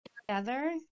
together